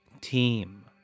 team